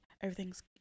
everything's